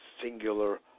singular